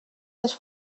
les